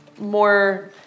more